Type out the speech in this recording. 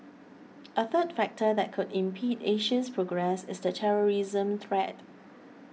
a third factor that could impede Asia's progress is the terrorism threat